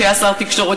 כשהיה שר התקשורת,